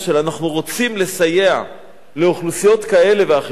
אנחנו רוצים לסייע לאוכלוסיות כאלה ואחרות,